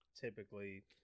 typically